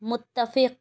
متفق